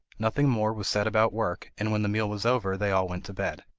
nothing more was said about work, and when the meal was over they all went to bed.